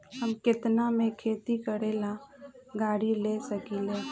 हम केतना में खेती करेला गाड़ी ले सकींले?